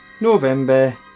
November